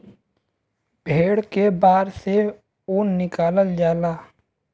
भेड़ के बार से ऊन निकालल जाला